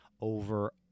over